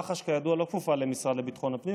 כידוע מח"ש לא כפופה למשרד לביטחון הפנים,